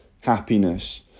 happiness